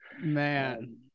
Man